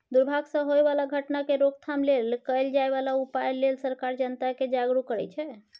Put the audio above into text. दुर्भाग सँ होए बला घटना केर रोकथाम लेल कएल जाए बला उपाए लेल सरकार जनता केँ जागरुक करै छै